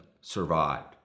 survived